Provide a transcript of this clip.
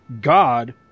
God